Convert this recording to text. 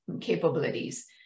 capabilities